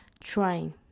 trying